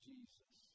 Jesus